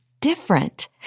different